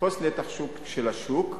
לתפוס נתח שוק של השוק,